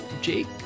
Jake